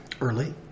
Early